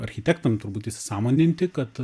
architektam turbūt įsisąmoninti kad